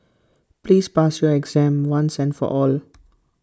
please pass your exam once and for all